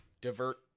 divert